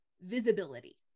visibility